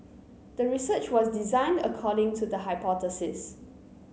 the research was designed according to the hypothesis